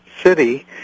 city